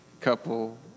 couple